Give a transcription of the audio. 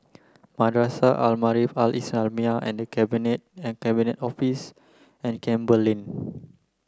Madrasah Al Maarif Al Islamiah The Cabinet and Cabinet Office and Campbell Lane